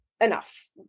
enough